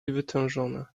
wytężone